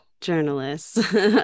journalists